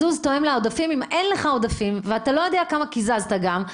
אם אין לך עודפים ואתה לא יודע כמה קיזזת גם,